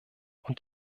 und